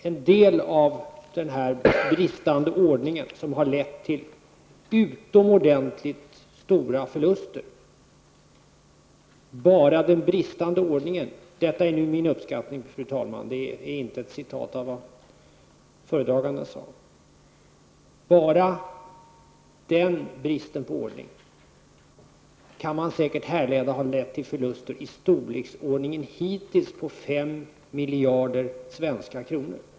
En del av den här bristande ordningen har lett till utomordentligt stora förluster. Man kan säkert härleda att denna brist på ordning hittills har lett till förluster i storleksordningen 5 miljarder svenska kronor. Detta är min uppskattning, fru talman, inte ett citat av vad föredraganden sade.